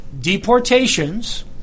deportations